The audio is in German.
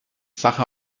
sache